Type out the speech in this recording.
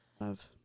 Love